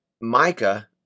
Micah